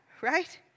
Right